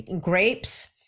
grapes